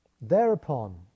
Thereupon